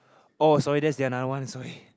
orh sorry that's the another one sorry